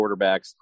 quarterbacks